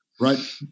right